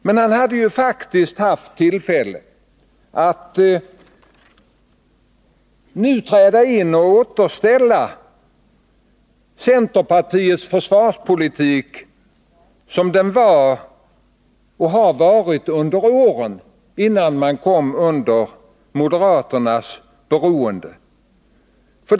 Men han hade ju faktiskt haft tillfälle att nu träda in och återställa centerns försvarspolitik som den var under åren innan man kom under beroende av moderaterna.